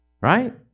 Right